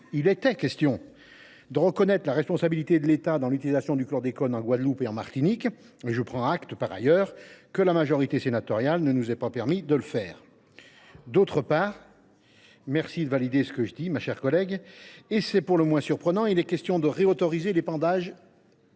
il était question – de reconnaître la responsabilité de l’État dans l’utilisation du chlordécone en Guadeloupe et en Martinique. Je prends acte, au demeurant, que la majorité sénatoriale ne nous a pas permis de le faire. C’est ça, oui… Je vous remercie de valider mes propos, ma chère collègue ! D’autre part, et c’est pour le moins surprenant, il est question de réautoriser l’épandage